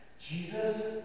Jesus